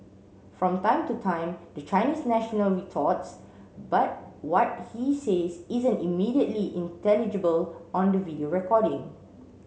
from time to time the Chinese national retorts but what he says isn't immediately intelligible on the video recording